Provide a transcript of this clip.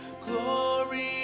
Glory